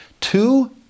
Two